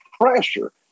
pressure